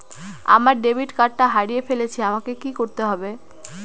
আমার ডেবিট কার্ডটা হারিয়ে ফেলেছি আমাকে কি করতে হবে?